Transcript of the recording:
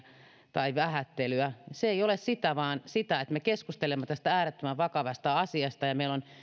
tai vähättelyä se ei ole sitä vaan sitä että me keskustelemme tästä äärettömän vakavasta asiasta ja meillä on